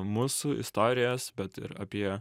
mūsų istorijas bet ir apie